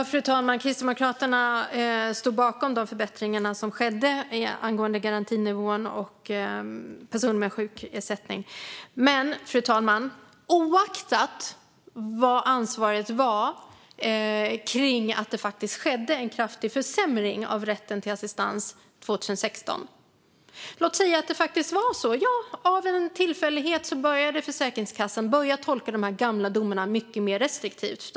Fru talman! Kristdemokraterna stod bakom de förbättringar som skedde angående garantinivån och personer med sjukersättning. Oavsett ansvaret skedde en kraftig försämring av rätten till assistans 2016. Låt oss säga att det var en tillfällighet att Försäkringskassan började tolka de gamla domarna mycket mer restriktivt.